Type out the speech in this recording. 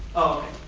oh.